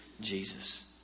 Jesus